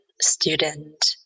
Student